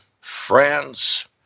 France